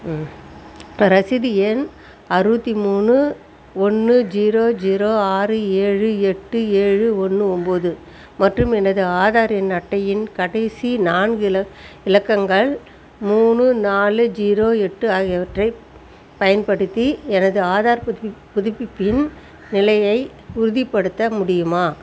ம் ரசீது எண் அறுபத்தி மூணு ஒன்று ஜீரோ ஜீரோ ஆறு ஏழு எட்டு ஏழு ஒன்று ஒன்போது மற்றும் எனது ஆதார் எண் அட்டையின் கடைசி நான்கு இல இலக்கங்கள் மூணு நாலு ஜீரோ எட்டு ஆகியவற்றை பயன்படுத்தி எனது ஆதார் புதுப்பிப் புதுப்பிப்பின் நிலையை உறுதிப்படுத்த முடியுமா